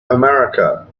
america